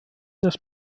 des